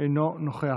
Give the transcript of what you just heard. אינו נוכח.